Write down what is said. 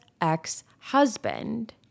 ex-husband